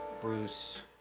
Bruce